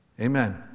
Amen